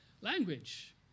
language